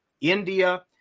India